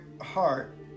heart